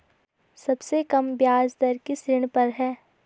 सबसे कम ब्याज दर किस ऋण पर है?